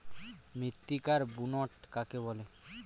মৃত্তিকার বুনট কাকে বলে?